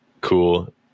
cool